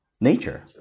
nature